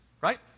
right